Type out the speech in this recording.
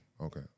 Okay